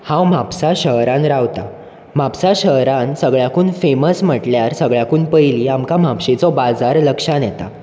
हांव म्हापसा शहरान रावता म्हापसा शहरान सगळ्याकून फॅमस म्हटल्यार सगळ्याकून पयलू आमकां म्हापशेचो बाजार लक्षांन येता